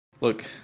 Look